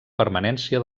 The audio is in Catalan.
permanència